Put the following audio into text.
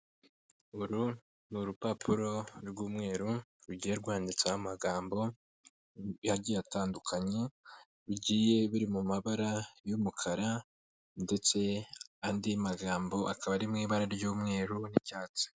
Uru ni urupapuro rw'umweru rugiye rwanditseho amagambo agiye atandukanye, bigiye biri mu mabara y'umukara ndetse andi magambo akaba ari mu ibara ry'umweru n'icyatsi.